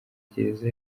gereza